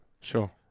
Sure